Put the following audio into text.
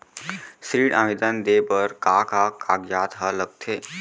ऋण आवेदन दे बर का का कागजात ह लगथे?